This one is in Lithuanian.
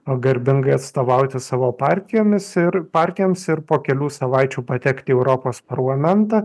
o garbingai atstovauti savo partijomis ir partijoms ir po kelių savaičių patekti į europos parlamentą